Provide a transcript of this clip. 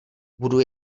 budu